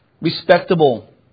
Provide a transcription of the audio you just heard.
Respectable